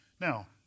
Now